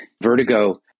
vertigo